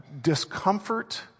discomfort